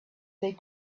they